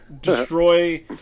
destroy